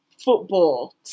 football